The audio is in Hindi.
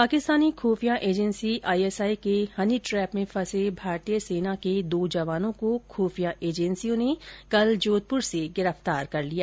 पाकिस्तानी खुफिया एजेंसी आइएसआइ के हनीट्रेप में फंसे भारतीय सेना के दो जवानों को खुफिया एजेंसियों ने कल जोधपुर से गिरफ्तार कर लिया